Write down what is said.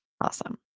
Awesome